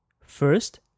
first